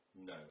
No